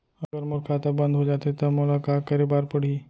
अगर मोर खाता बन्द हो जाथे त मोला का करे बार पड़हि?